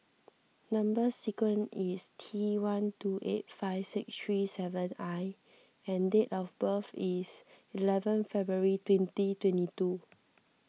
Number Sequence is T one two eight five six three seven I and date of birth is eleven February twenty twenty two